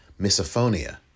misophonia